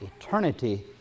Eternity